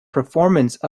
performance